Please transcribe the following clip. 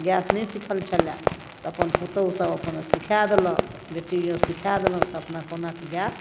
gas नहि सिखल छलै तऽ अपन पुतौहसब अपन सिखा देलक बेटी आओर सिखा देलक तऽ अपना कहुनाकऽ गैस